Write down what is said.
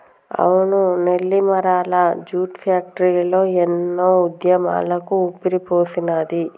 అవును Nellimarla jute factory ఎన్నో ఉద్యమాలకు ఊపిరిపోసినాది